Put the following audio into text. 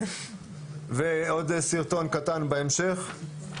ועוד סרטון קטן בהמשך.